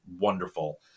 wonderful